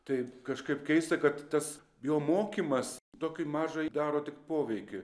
tai kažkaip keista kad tas jo mokymas tokį mažą daro tik poveikį